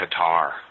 Qatar